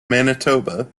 manitoba